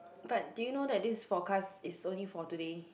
but do you know that this forecast is only for today